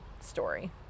story